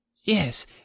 Yes